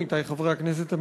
עמיתי חברי הכנסת,